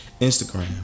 Instagram